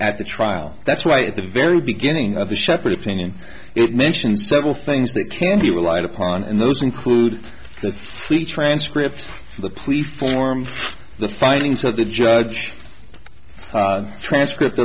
at the trial that's why at the very beginning of the shepherd opinion it mentions several things that can be relied upon and those include the transcript the police form the findings so the judge transcript